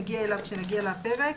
נגיע אליה כשנגיע לפרק.